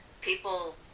people